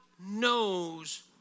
knows